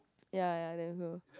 ya ya damn cool